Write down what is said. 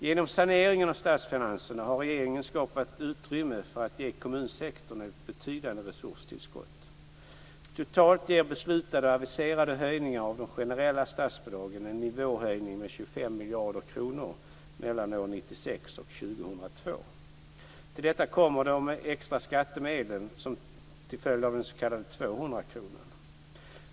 Genom saneringen av statsfinanserna har regeringen skapat utrymme för att ge kommunsektorn ett betydande resurstillskott. Totalt ger beslutade och aviserade höjningar av de generella statsbidragen en nivåhöjning med 25 miljarder kronor mellan åren 1996 och 2002. Till detta kommer de extra skattemedlen till följd av den s.k. 200-kronan.